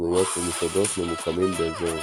חנויות ומסעדות ממוקמים באזור זה.